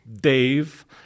Dave